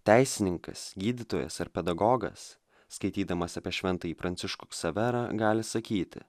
teisininkas gydytojas ar pedagogas skaitydamas apie šventąjį pranciškų ksaverą gali sakyti